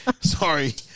sorry